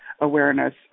awareness